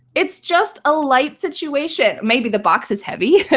it's just a light situation. maybe the box is heavy,